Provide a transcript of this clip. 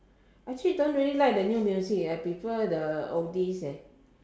actually don't really like the new music I prefer the oldies leh